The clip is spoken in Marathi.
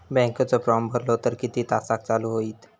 बँकेचो फार्म भरलो तर किती तासाक चालू होईत?